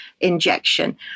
injection